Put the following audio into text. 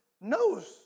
knows